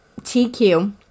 TQ